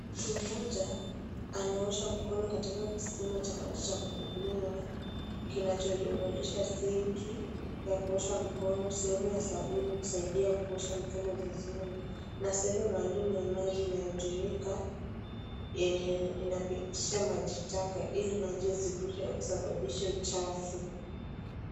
Mtu mmoja anaosha mkono katika kisima cha maji cha kubuniwa kinachojumulisha sinki ya kuosha mikono, sehemu ya sabuni ya kusaidia kuosha mikono vizuri na sehemu maalum ya maji inayotumika yenye inapitisha maji taka ili maji yasiikuje kusababisha uchafu.